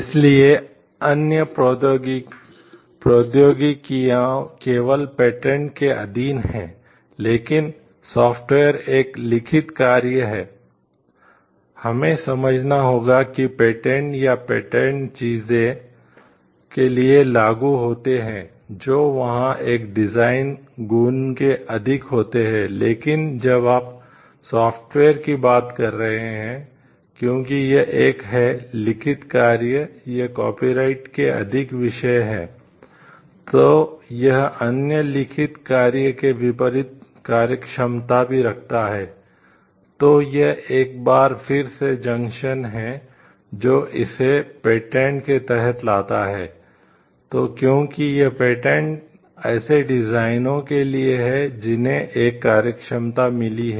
इसलिए अन्य प्रौद्योगिकियां केवल पेटेंट के लिए है जिन्हें एक कार्यक्षमता मिली है